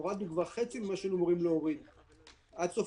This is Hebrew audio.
הורדנו כבר חצי ממה שהיינו אמורים להוריד עד סוף